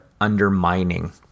undermining